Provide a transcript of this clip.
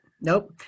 nope